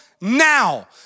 now